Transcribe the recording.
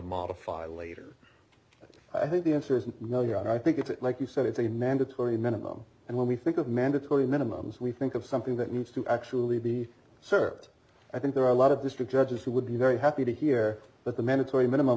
modify later i think the answer is no you and i think it's like you said it's a mandatory minimum and when we think of mandatory minimums we think of something that needs to actually be served i think there are a lot of district judges who would be very happy to hear that the mandatory minimum